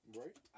Right